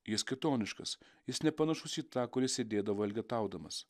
jis kitoniškas jis nepanašus į tą kuris sėdėdavo elgetaudamas